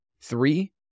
Three